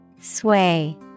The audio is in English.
Sway